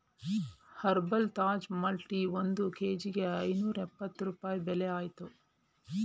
herbal Taj Mahal tea ಒಂದ್ ಕೇಜಿಗೆ ಐನೂರ್ಯಪ್ಪತ್ತು ರೂಪಾಯಿ ಬೆಲೆ ಅಯ್ತೇ